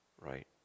Right